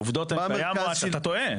העובדות, אתה טועה.